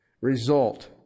result